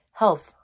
health